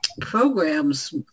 programs